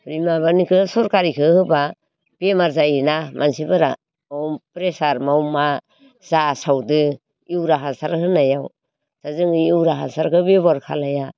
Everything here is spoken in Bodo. बे माबानिखौ सरखारिखौ होबा बेमार जायो ना मानसिफोरा खम प्रेसार ममाव मा जासावदो इउरिया हासार होनायाव दा जोंनि इउरिया हासारखौ बेबहार खालाया